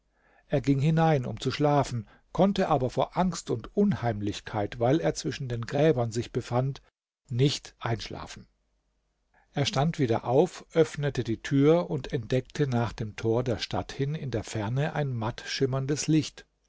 er ging hinein um zu schlafen konnte aber vor angst und unheimlichkeit weil er zwischen den gräbern sich befand nicht einschlafen er stand wieder auf öffnete die tür und entdeckte nach dem tor der stadt hin in der ferne ein matt schimmerndes licht